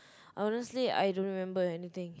honestly I don't remember anything